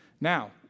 Now